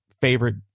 favorite